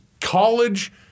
college